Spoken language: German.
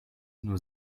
nur